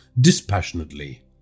dispassionately